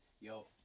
yo